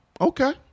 Okay